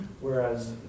whereas